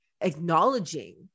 acknowledging